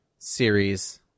series